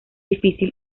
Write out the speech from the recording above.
difícil